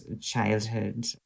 childhood